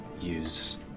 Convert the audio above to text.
use